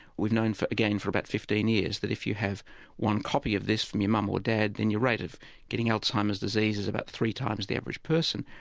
we've known again for about fifteen years that if you have one copy of this from your mum or dad then your rate of getting alzheimer's disease is about three times the average person.